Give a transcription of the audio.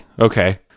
Okay